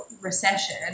recession